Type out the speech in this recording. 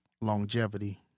longevity